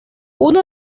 uno